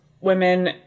women